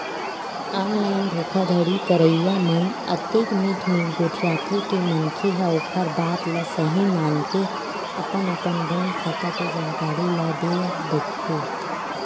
online धोखाघड़ी करइया मन अतेक मीठ मीठ गोठियाथे के मनखे ह ओखर बात ल सहीं मानके अपन अपन बेंक खाता के जानकारी ल देय बइठथे